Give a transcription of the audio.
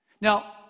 Now